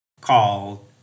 called